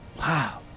Wow